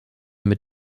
mit